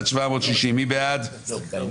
הצבעה